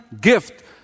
gift